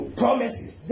promises